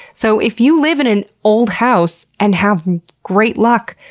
so, if you live in an old house and have great luck,